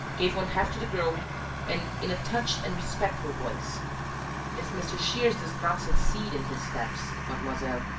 gave one-half to the girl and, in a touched and respectful voice if mr. shears does not succeed in his steps, mademoiselle,